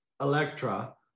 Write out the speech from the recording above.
Electra